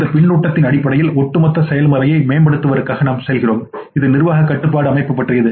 அந்த பின்னூட்டத்தின் அடிப்படையில்ஒட்டுமொத்த செயல்முறையை மேம்படுத்துவதற்காக நாம் செல்கிறோம் இது நிர்வாக கட்டுப்பாட்டு அமைப்பு பற்றியது